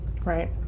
right